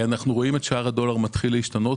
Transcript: רואים את שער הדולר מתחיל להשתנות